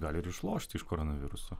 gali ir išlošti iš koronaviruso